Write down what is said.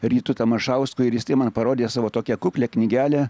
rytu tamašausku ir jisai man parodė savo tokią kuklią knygelę